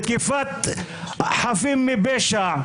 תקיפת חפים מפשע,